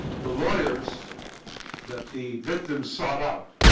the lawyers that the victim sought out